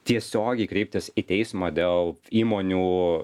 tiesiogiai kreiptis į teismą dėl įmonių